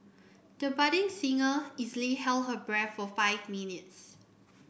the budding singer easily held her breath for five minutes